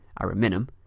Ariminum